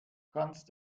kannst